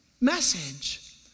message